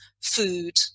food